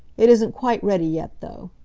it isn't quite ready yet, though.